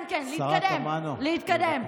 כן, כן, להתקדם, להתקדם.